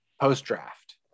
post-draft